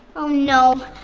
oh no,